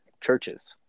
churches